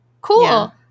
Cool